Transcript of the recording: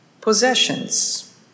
Possessions